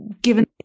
given